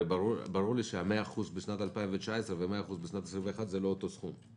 הרי ברור לי שה-100% בשנת 2019 וה-100% בשנת 2021 זה לא אותו סכום.